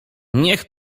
niech